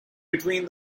between